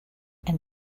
and